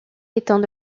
étant